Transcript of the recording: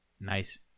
nice